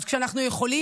אז כשאנחנו יכולים,